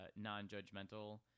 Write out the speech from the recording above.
non-judgmental